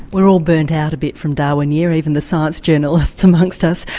we're all burnt out a bit from darwin year, even the science journalists amongst us.